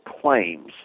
claims